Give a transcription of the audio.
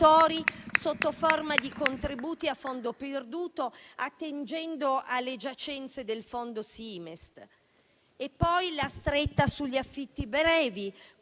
sotto forma di contributi a fondo perduto, attingendo alle giacenze del fondo SIMEST. C'è poi la stretta sugli affitti brevi,